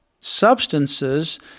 substances